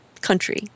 country